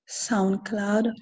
SoundCloud